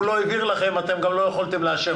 דיברתי על כל הארץ אבל גם אני מדבר על האוכלוסייה